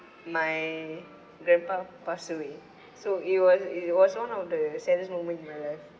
my grandpa passed away so it was it was one of the saddest moment in my life